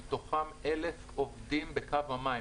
מתוכם 1,000 עובדים בקו המים,